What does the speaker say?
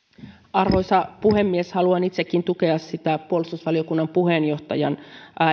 arvoisa puhemies haluan itsekin tukea puolustusvaliokunnan puheenjohtajan